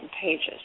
pages